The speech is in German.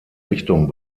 richtung